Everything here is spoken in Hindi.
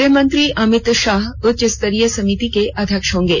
गृह मंत्री अमित शाह उच्च स्तरीय समिति के अध्यक्ष होंगे